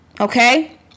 Okay